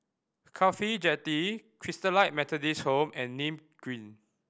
CAFHI Jetty Christalite Methodist Home and Nim Green